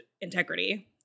integrity